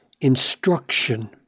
instruction